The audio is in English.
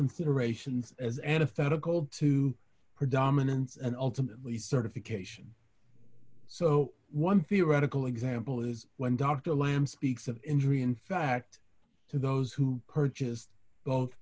considerations as an effective call to predominance and ultimately certification so one theoretical example is when dr lam speaks of injury in fact to those who purchased both